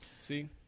See